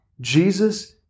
Jesus